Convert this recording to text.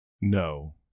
No